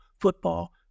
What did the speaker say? football